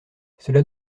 cela